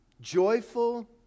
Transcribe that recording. joyful